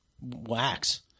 wax